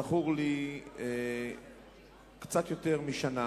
זכור לי שלפני קצת יותר משנה